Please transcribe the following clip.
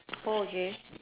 okay